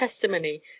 testimony